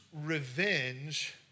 revenge